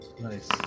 Nice